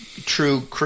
true